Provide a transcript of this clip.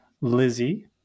Lizzie